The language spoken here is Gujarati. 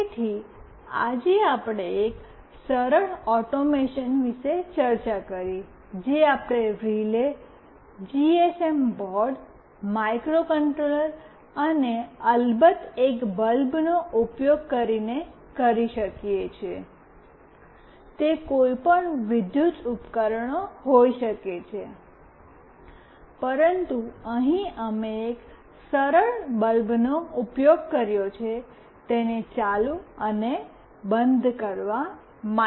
તેથી આજે આપણે એક સરળ ઑટોમેશન વિશે ચર્ચા કરી જે આપણે રિલે જીએસએમ બોર્ડ માઇક્રોકન્ટ્રોલર અને અલબત્ત એક બલ્બનો ઉપયોગ કરીને કરી શકીએ છીએ તે કોઈપણ વિદ્યુત ઉપકરણો હોઈ શકે છે પરંતુ અહીં અમે એક સરળ બલ્બનો ઉપયોગ કર્યો છે તેને ચાલુ અને બંધ કરવા માટે